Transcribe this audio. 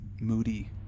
moody